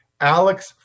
Alex